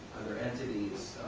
other entities,